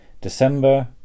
December